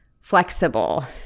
flexible